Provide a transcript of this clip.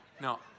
No